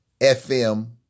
FM